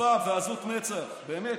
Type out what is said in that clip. חוצפה ועזות מצח שלכם,